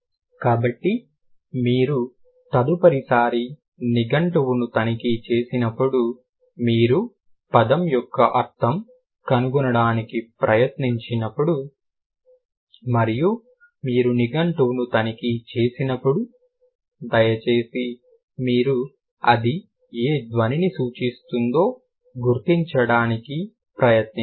కాబట్టి మీరు తదుపరిసారి నిఘంటువుని తనిఖీ చేసినప్పుడు మీరు పదం యొక్క అర్థాన్ని కనుగొనడానికి ప్రయత్నించినప్పుడు మరియు మీరు నిఘంటువుని తనిఖీ చేసినప్పుడు దయచేసి మీరు అది ఏ ధ్వనిని సూచిస్తుందో గుర్తించడానికి ప్రయత్నించండి